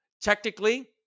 technically